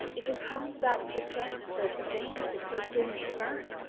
if it comes about perchance that yvain should hurt him in turn,